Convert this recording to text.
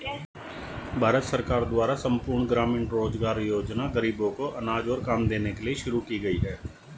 भारत सरकार द्वारा संपूर्ण ग्रामीण रोजगार योजना ग़रीबों को अनाज और काम देने के लिए शुरू की गई है